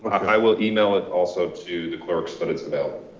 i will email it also to the clerk's but it's available.